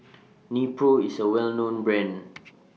Nepro IS A Well known Brand